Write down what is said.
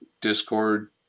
Discord